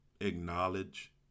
acknowledge